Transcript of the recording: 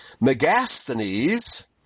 Megasthenes